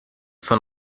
von